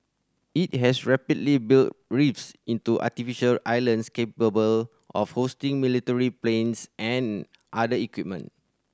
it has rapidly built reefs into artificial islands capable of hosting military planes and other equipment